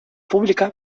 pública